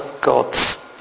gods